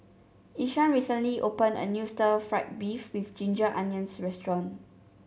Ishaan recently opened a new Stir Fried Beef with Ginger Onions restaurant